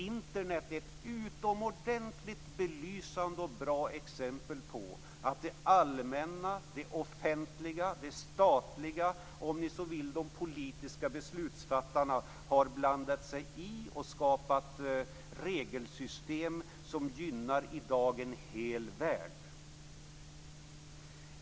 Internet är ett utomordentligt belysande och bra exempel på att det allmänna, det offentliga, det statliga, de politiska beslutsfattarna har blandat sig i och skapat regelsystem som i dag gynnar en hel värld.